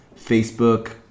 Facebook